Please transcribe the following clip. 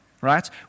right